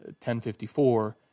1054